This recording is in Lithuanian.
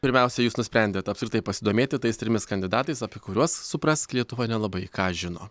pirmiausia jūs nusprendėt apskritai pasidomėti tais trimis kandidatais apie kuriuos suprask lietuva nelabai ką žino